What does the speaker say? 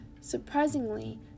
Surprisingly